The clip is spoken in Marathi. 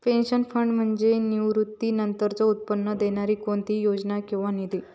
पेन्शन फंड म्हणजे निवृत्तीनंतरचो उत्पन्न देणारी कोणतीही योजना किंवा निधी